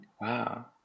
Wow